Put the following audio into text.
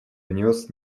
внес